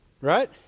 right